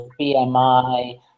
BMI